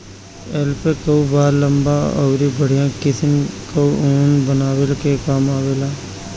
alpaca कअ बाल लंबा अउरी बढ़िया किसिम कअ ऊन बनवले के काम आवेला